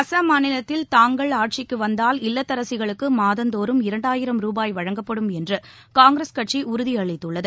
அசாம் மாநிலத்தில் தாங்கள் ஆட்சிக்கு வந்தால் இல்லத்தரசிகளுக்கு மாதந்தோறும் இரண்டாயிரம் ரூபாய் வழங்கப்படும் என்று காங்கிரஸ் கட்சி உறுதி அளித்துள்ளது